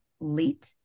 late